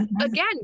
again